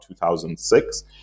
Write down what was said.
2006